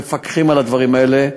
מפקחים על הדברים האלה.